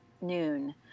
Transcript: noon